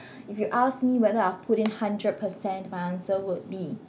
if you asked me whether I've put in hundred percent my answer would be